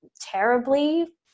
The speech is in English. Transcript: terribly